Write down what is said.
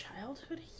childhood